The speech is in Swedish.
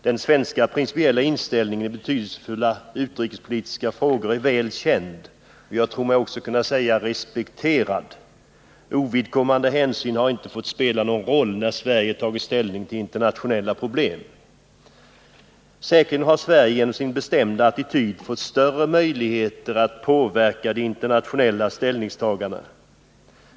Den svenska principiella inställningen i betydelsefulla utrikespolitiska frågor är väl känd och jag tror mig också kunna säga respekterad. Ovidkommande hänsyn har inte fått spela någon roll när Sverige tagit ställning till internationella problem. Säkerligen har Sverige genom sin bestämda attityd fått större möjligheter att påverka de internationella ställningstagandena.